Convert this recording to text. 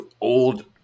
old